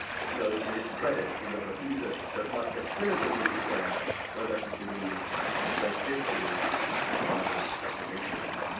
though, to his credit, the younger piesse ah does not definitively declare whether he believes or disbelieves his father's speculations.